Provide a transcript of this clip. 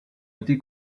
été